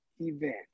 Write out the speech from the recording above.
event